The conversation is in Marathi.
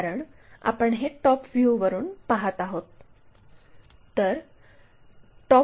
कारण आपण हे टॉप व्ह्यूवरून पहात आहोत